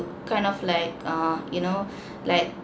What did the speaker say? kind of like err you know like